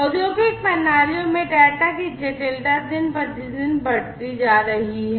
औद्योगिक प्रणालियों में डेटा की जटिलता दिन प्रतिदिन बढ़ती जा रही है